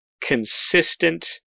consistent